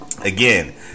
Again